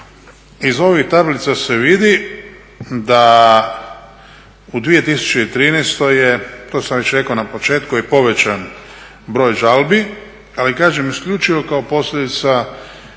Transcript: iz ovih tablica se vidi da u 2013. je, to sam već rekao na početku je povećan broj žalbi, ali kažem isključivo kao posljedica